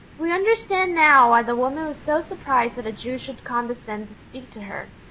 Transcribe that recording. we understand now why the woman was so surprised that a jew should condescend to speak to her,